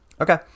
Okay